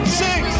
six